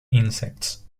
insects